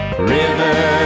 River